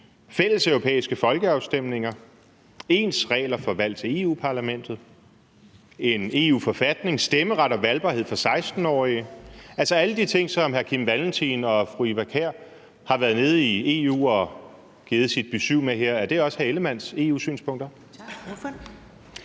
fælleseuropæiske folkeafstemninger, ens regler for valg til Europa-Parlamentet, en EU-forfatning, stemmeret og valgbarhed for 16-årige? Altså, er alle de ting, som hr. Kim Valentin og fru Eva Kjer Hansen har været nede i EU og givet deres besyv med til her, også hr. Jakob Ellemann-Jensens EU-synspunkter?